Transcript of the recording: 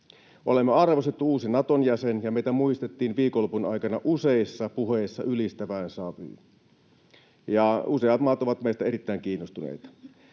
Olemme arvostettu uusi Naton jäsen, ja meitä muistettiin viikonlopun aikana useissa puheissa ylistävään sävyyn, ja useat maat ovat meistä erittäin kiinnostuneita.